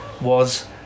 was-